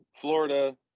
Florida